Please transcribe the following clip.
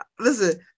Listen